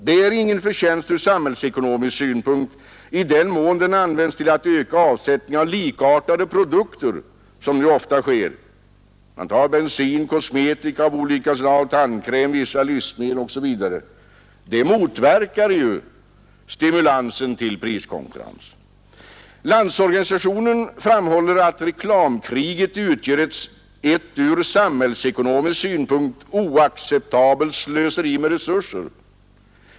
Det är ingen förtjänst ur samhällsekonomisk synpunkt i den mån reklamen används till att öka avsättningen av likartade produkter som nu ofta sker — bensin, kosmetika av olika slag, tandkräm, vissa livsmedel osv. En sådan reklam motverkar stimulansen till priskonkurrens. LO framhåller att reklamkriget utgör ett ur samhällsekonomisk synpunkt oacceptabelt slöseri med resurser.